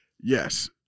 Yes